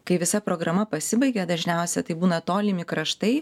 kai visa programa pasibaigia dažniausia tai būna tolimi kraštai